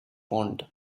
pond